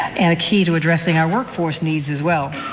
and a key to addressing our workforce needs as well.